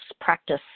practice